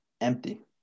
empty